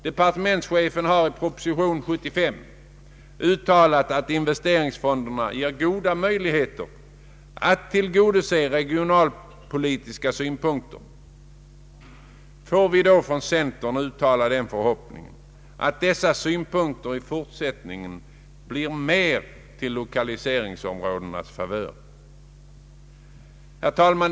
Departementschefen har i proposition nr 75 uttalat att investeringsfonderna ger goda möjligheter att tillgodose regionalpolitiska synpunkter. Vi från centern vill uttala förhoppningen att dessa medel i fortsättningen används mer till lokaliseringsområdenas favör. Herr talman!